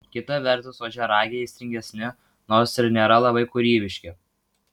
kita vertus ožiaragiai aistringesni nors ir nėra labai kūrybiški